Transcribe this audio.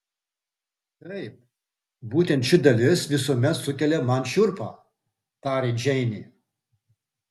taip būtent ši dalis visuomet sukelia man šiurpą tarė džeinė